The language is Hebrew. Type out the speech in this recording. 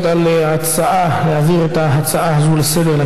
על ההצעה להעביר את ההצעה הזאת לסדר-היום